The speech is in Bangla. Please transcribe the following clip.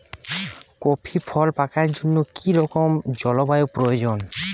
কফি ফল পাকার জন্য কী রকম জলবায়ু প্রয়োজন?